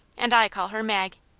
and i call her mag.